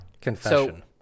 Confession